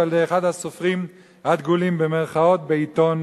אחד הסופרים "הדגולים" בעיתון